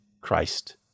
Christ